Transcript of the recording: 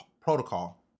protocol